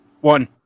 One